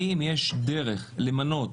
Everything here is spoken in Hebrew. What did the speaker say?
האם יש דרך למנות